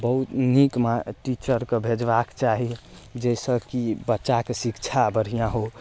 बहुत नीक माँ टीचरके भेजबाक चाही जाहिसँ की बच्चाके शिक्षा बढ़िआँ हो